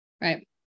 right